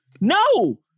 no